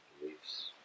beliefs